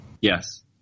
Yes